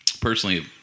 personally